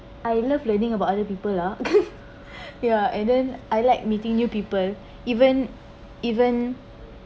I love learning about other people ah ya and then I like meeting new people even even